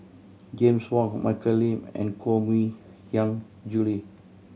James Wong Michelle Lim and Koh Mui Hiang Julie